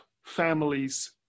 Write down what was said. families